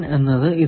എന്നത് ഇതാണ്